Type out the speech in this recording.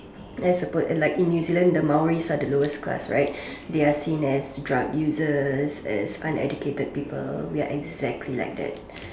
as a per like in new Zealand the Maoris are the lowest class right they are seen as drug users as uneducated people we are exactly like that